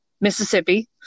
Mississippi